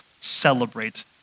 celebrate